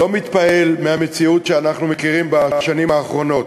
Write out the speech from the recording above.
לא מתפעל מהמציאות שאנחנו מכירים בשנים האחרונות.